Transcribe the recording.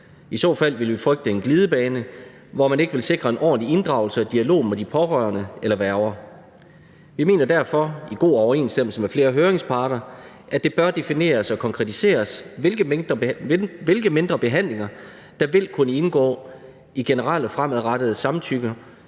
I så fald ville vi frygte en glidebane, hvor man ikke vil sikre en ordentlig inddragelse og dialog med pårørende eller værger. Vi mener derfor i god overensstemmelse med flere høringsparter, at det bør defineres og konkretiseres, hvilke mindre behandlinger der vil kunne indgå i generelle fremadrettede samtykker,